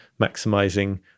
maximizing